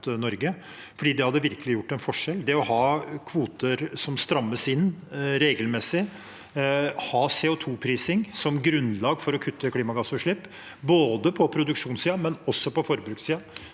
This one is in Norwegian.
det hadde virkelig gjort en forskjell. Det å ha kvoter som strammes inn regelmessig, og ha CO2-prising som grunnlag for å kutte klimagassutslipp på både produksjonssiden og forbrukssiden